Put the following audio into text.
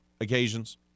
occasions